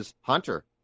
Hunter